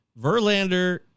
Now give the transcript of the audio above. Verlander